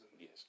Yes